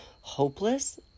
hopeless